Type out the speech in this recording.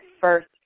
first